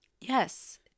Yes